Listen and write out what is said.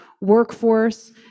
workforce